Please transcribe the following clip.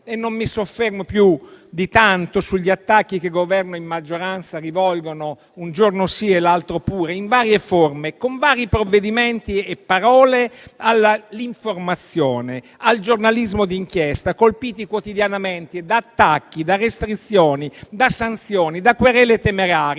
Non mi soffermo più di tanto sugli attacchi che Governo e maggioranza rivolgono, un giorno sì e l'altro pure, in varie forme, con vari provvedimenti e parole, all'informazione e al giornalismo d'inchiesta, colpiti quotidianamente da attacchi, restrizioni, sanzioni, querele temerarie,